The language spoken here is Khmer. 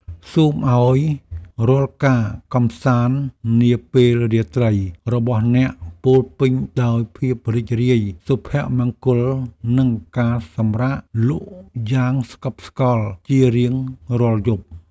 សូមឱ្យរាល់ការកម្សាន្តនាពេលរាត្រីរបស់អ្នកពោរពេញដោយភាពរីករាយសុភមង្គលនិងការសម្រាកលក់យ៉ាងស្កប់ស្កល់ជារៀងរាល់យប់។